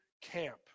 camp